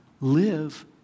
live